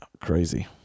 crazy